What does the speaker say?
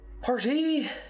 Party